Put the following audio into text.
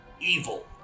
evil